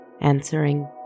answering